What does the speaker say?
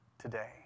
today